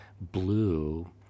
blue